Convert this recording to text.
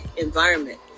environment